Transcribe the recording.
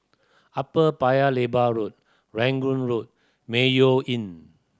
Upper Paya Lebar Road Rangoon Road Mayo Inn